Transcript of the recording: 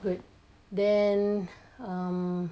good then um